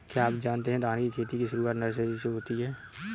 क्या आप जानते है धान की खेती की शुरुआत नर्सरी से होती है?